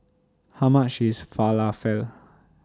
How much IS Falafel